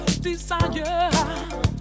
desire